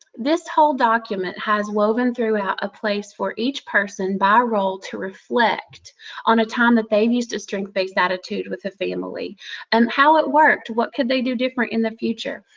this whole document has woven throughout a place for each person, by role, to reflect on a time they used a strength-based attitude with a family and how it worked, what could they do different in the future.